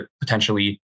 potentially